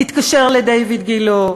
תתקשר לדיויד גילה,